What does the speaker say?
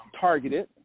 targeted